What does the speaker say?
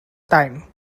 time